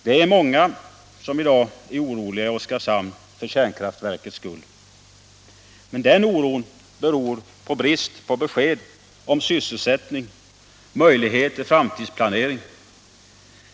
Det är många i Oskarshamn som i dag är oroliga för kärnkraftverkets skull, men den oron beror på bristen på besked om sysselsättning och möjligheter till framtidsplanering.